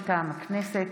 מטעם הכנסת: